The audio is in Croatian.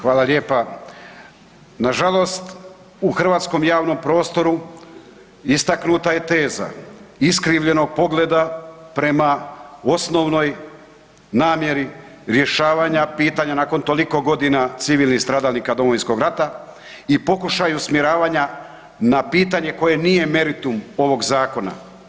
Hvala lijepa. nažalost, u hrvatskom javnom prostoru istaknuta je teza iskrivljenog pogleda prema osnovnoj namjeri rješavanja pitanja nakon toliko godina civilnih stradalnika Domovinskog rata i pokušaju usmjeravanja na pitanje koje nije meritum ovog zakona.